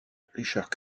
richard